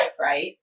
right